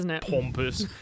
pompous